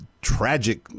tragic